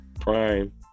prime